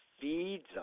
feeds